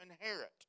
inherit